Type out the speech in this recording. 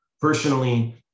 Personally